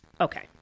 Okay